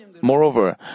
Moreover